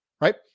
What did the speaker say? right